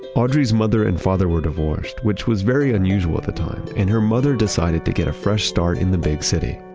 audrey's mother and father were divorced, which was very unusual at the time. and her mother decided to get a fresh start in the big city.